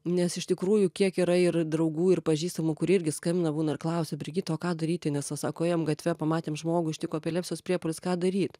nes iš tikrųjų kiek yra ir draugų ir pažįstamų kurie irgi skambina būna ir klausia brigita o ką daryti nes va sako ėjom gatve pamatėm žmogų ištiko epilepsijos priepuolis ką daryt